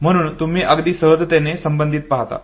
म्हणून तुम्ही अगदी सहजतेने संबंधित आहात